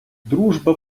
дружба